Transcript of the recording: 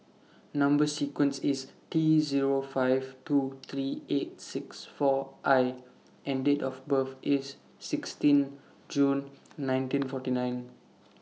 Number sequence IS T Zero five two three eight six four I and Date of birth IS sixteen June nineteen forty nine